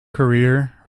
career